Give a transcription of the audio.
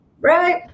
Right